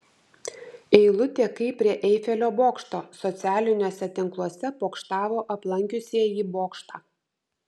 eilutė kaip prie eifelio bokšto socialiniuose tinkluose pokštavo aplankiusieji bokštą